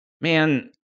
man